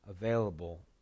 available